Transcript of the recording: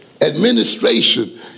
administration